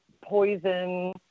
Poison